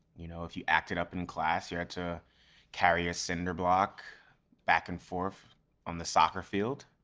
you know if you acted up in class you had to carry a cinder block back and forth on the soccer field.